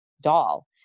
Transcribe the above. doll